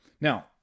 Now